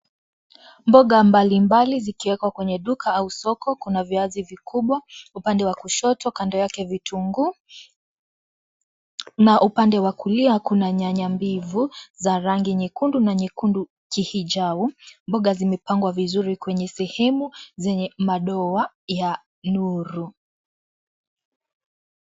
Mboga mbali mbali zikiwekwa kwa duka au kwenye soko kuna viazi vikibwa upande wa kushoto kando yake vitunguu na upande wa kulia kuna nyanya mbivu za rangi nyekundu na nyekundu kihijau mboga zimepangwa vizuri kwenye sehemu zenye madoa ya nuru.